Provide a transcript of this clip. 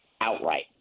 outright